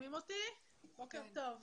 בוקר טוב,